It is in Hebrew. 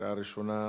קריאה ראשונה.